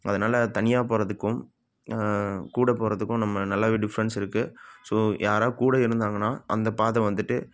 அதனால் தனியாக போகறதுக்கும் கூட போகறதுக்கும் நம்ம நல்லாவே டிஃப்ரென்ஸ் இருக்கு ஸோ யாரா கூட இருந்தாங்கன்னா அந்தப் பாதை வந்துவிட்டு